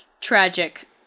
tragic